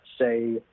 say